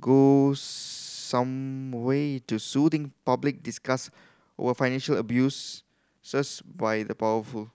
go some way to soothing public disgust over financial abuses by the powerful